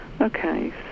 Okay